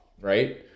right